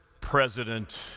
president